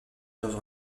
dans